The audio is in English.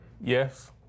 Yes